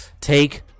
Take